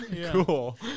cool